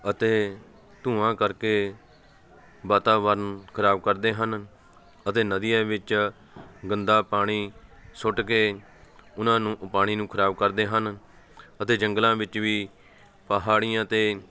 ਅਤੇ ਧੂੰਆਂ ਕਰਕੇ ਵਾਤਾਵਰਨ ਖਰਾਬ ਕਰਦੇ ਹਨ ਅਤੇ ਨਦੀਆਂ ਵਿੱਚ ਗੰਦਾ ਪਾਣੀ ਸੁੱਟ ਕੇ ਉਹਨਾਂ ਨੂੰ ਪਾਣੀ ਨੂੰ ਖਰਾਬ ਕਰਦੇ ਹਨ ਅਤੇ ਜੰਗਲਾਂ ਵਿੱਚ ਵੀ ਪਹਾੜੀਆਂ 'ਤੇ